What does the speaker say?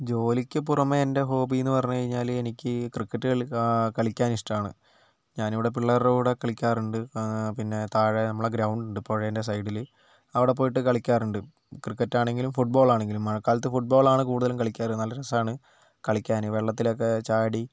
ജോലിയ്ക്ക് പുറമെ എൻ്റെ ഹോബിയെന്ന് പറഞ്ഞു കഴിഞ്ഞാൽ എനിക്ക് ക്രിക്കറ്റ് കളി കളിക്കാൻ ഇഷ്ടമാണ് ഞാനിവിടെ പിള്ളേരുടെ കൂടെ കളിക്കാറുണ്ട് പിന്നെ താഴെ നമ്മളെ ഗ്രൗണ്ട് ഉണ്ട് പുഴേന്റെ സൈഡിൽ അവിടെപ്പോയിട്ട് കളിക്കാറുണ്ട് ക്രിക്കറ്റ് ആണെങ്കിലും ഫുട്ബോൾ ആണെങ്കിലും മഴക്കാലത്ത് ഫുട്ബാൾ ആണ് കൂടുതലും കളിക്കാറ് നല്ല രസമാണ് കളിക്കാൻ വെള്ളത്തിലൊക്കെ ചാടി